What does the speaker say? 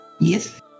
Yes